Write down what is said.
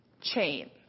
chain